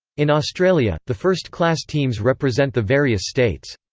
in australia, the first-class teams represent the various states.